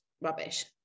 rubbish